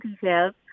details